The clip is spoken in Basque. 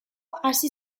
hasi